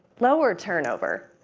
lower turnover.